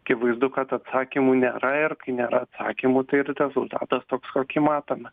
akivaizdu kad atsakymų nėra ir kai nėra atsakymų tai ir rezultatas toks kokį matome